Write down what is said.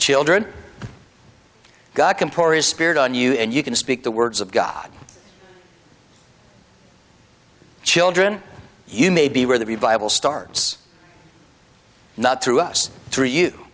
his spirit on you and you can speak the words of god children you may be really be viable starts not through us three you